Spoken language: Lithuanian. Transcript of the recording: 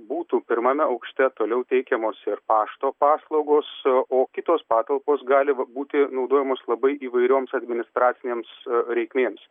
būtų pirmame aukšte toliau teikiamos ir pašto paslaugos o kitos patalpos gali būti naudojamos labai įvairioms administracinėms reikmėms